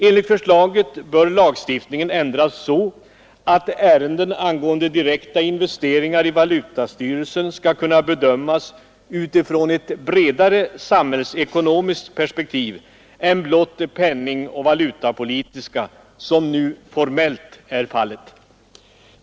Enligt förslaget bör lagstiftningen ändras så, att ärenden angående direkta investeringar i valutastyrelsen skall kunna bedömas utifrån ett bredare samhällsekonomiskt perspektiv än blott penningoch valutapolitiska, som nu formellt är fallet.